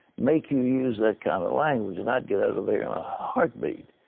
make you use that kind of language, and i'd get out of there in a heartbeat.